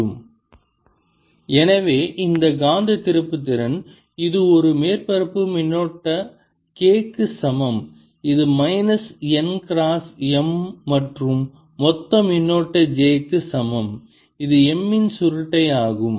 Ar n×Mr|r r|dSMr|r r|dVKr|r r|dSjr|r r|dV எனவே இந்த காந்த திருப்புத்திறன் இது ஒரு மேற்பரப்பு மின்னோட்ட K க்கு சமம் இது மைனஸ் n கிராஸ் M மற்றும் மொத்த மின்னோட்ட J க்கு சமம் இது M இன் சுருட்டை ஆகும்